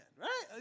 right